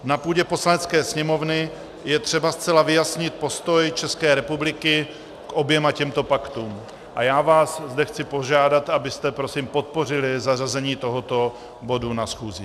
Na půdě Poslanecké sněmovny je třeba zcela vyjasnit postoj České republiky k oběma těmto paktům a já vás zde chci požádat, abyste prosím podpořili zařazení tohoto bodu na schůzi.